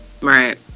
Right